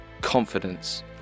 confidence